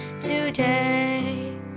today